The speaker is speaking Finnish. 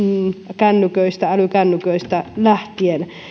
älykännyköistä älykännyköistä lähtien